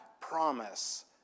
promise